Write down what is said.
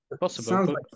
Possible